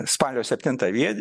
spalio septintą vie